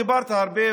דיברת הרבה,